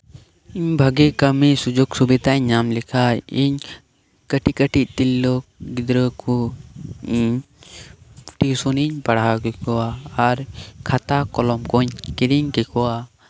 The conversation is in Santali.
ᱤᱧ ᱵᱷᱟᱹᱜᱤ ᱠᱟᱹᱢᱤ ᱥᱩᱡᱳᱜ ᱥᱩᱵᱤᱫᱷᱟᱧ ᱧᱟᱢ ᱞᱮᱠᱷᱟᱱ ᱤᱧ ᱠᱟᱹᱴᱤᱪ ᱠᱟᱹᱴᱤᱪ ᱛᱤᱨᱞᱟᱹ ᱜᱤᱫᱽᱨᱟᱹ ᱠᱚ ᱴᱤᱭᱩᱥᱚᱱᱤᱧ ᱯᱟᱲᱦᱟᱣ ᱠᱮᱠᱚᱣᱟ ᱟᱨ ᱠᱷᱟᱛᱟ ᱠᱚᱞᱚᱢ ᱠᱚᱧ ᱠᱤᱨᱤᱧ ᱠᱮᱠᱚᱣᱟ